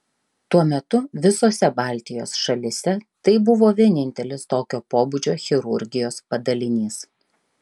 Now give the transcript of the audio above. tuo metu visose baltijos šalyse tai buvo vienintelis tokio pobūdžio chirurgijos padalinys